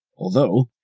although,